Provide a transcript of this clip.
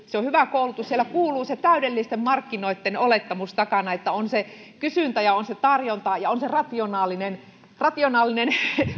se on hyvä koulutus kuuluu se täydellisten markkinoitten olettamus takana että on se kysyntä ja on se tarjonta ja on se rationaalinen rationaalinen